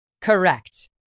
Correct